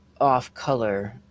off-color